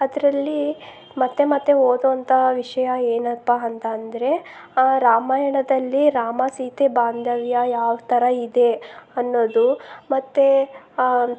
ಅದರಲ್ಲಿ ಮತ್ತೆ ಮತ್ತೆ ಓದೋ ಅಂತಹ ವಿಷಯ ಏನಪ್ಪ ಅಂತ ಅಂದರೆ ರಾಮಾಯಣದಲ್ಲಿ ರಾಮ ಸೀತೆ ಬಾಂಧವ್ಯ ಯಾವ ಥರ ಇದೆ ಅನ್ನೋದು ಮತ್ತು